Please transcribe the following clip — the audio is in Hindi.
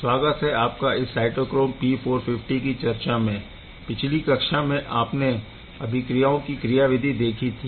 स्वागत है आपका इस साइटोक्रोम P450 की चर्चा में पिछली कक्षा में आपने अभिक्रियाओं की क्रियाविधि देखी थी